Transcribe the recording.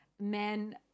men